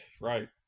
right